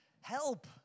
help